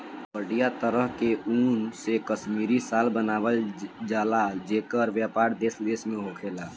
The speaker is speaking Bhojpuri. बढ़िया तरह के ऊन से कश्मीरी शाल बनावल जला जेकर व्यापार देश विदेश में होखेला